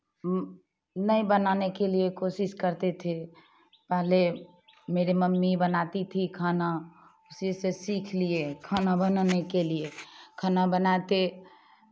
नहीं बनाने के लिए कोशिश करते थे पहले मेरी मम्मी बनाती थी खाना उसी से सीख लिए खाना बनाने के लिए खाना बनाते